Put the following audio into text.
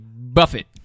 Buffett